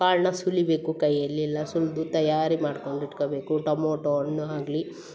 ಕಾಳನ್ನ ಸುಲಿಬೇಕು ಕೈಯಲ್ಲಿಲ್ಲ ಸುಲಿದು ತಯಾರಿ ಮಾಡ್ಕೊಂಡು ಇಟ್ಕೊಬೇಕು ಟೊಮೋಟೋ ಹಣ್ಣು ಆಗಲಿ